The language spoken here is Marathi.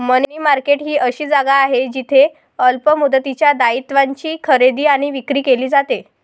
मनी मार्केट ही अशी जागा आहे जिथे अल्प मुदतीच्या दायित्वांची खरेदी आणि विक्री केली जाते